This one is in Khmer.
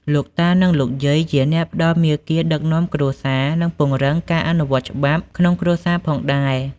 លោកតា និងលោកយាយជាអ្នកផ្តល់មាគ៌ាដឹកនាំគ្រួសារ និងពង្រឹងការអនុវត្តច្បាប់ក្នុងគ្រួសារផងដែរ។